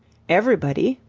everybody,